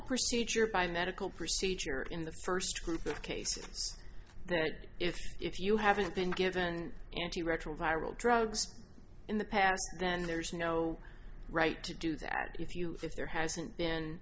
procedure by medical procedure in the first group of cases that if if you haven't been given antiretroviral drugs in the past then there's no right to do that if you if there hasn't